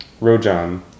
Rojan